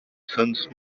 since